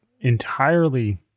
entirely